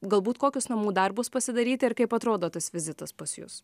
galbūt kokius namų darbus pasidaryti ir kaip atrodo tas vizitas pas jus